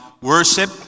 worship